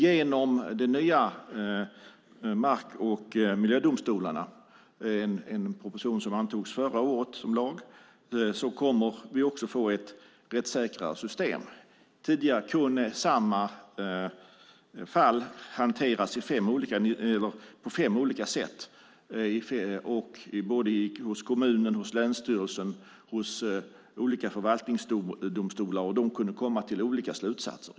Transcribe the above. Genom de nya mark och miljödomstolarna - en proposition antogs som lag förra året - kommer vi också att få ett rättssäkrare system. Tidigare kunde samma fall hanteras på fem olika sätt, hos kommunen, länsstyrelsen och olika förvaltningsdomstolar, som kunde komma till olika slutsatser.